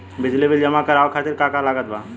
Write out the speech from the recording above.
बिजली बिल जमा करावे खातिर का का लागत बा?